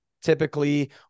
typically